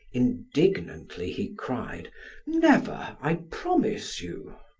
indignantly he cried never, i promise you!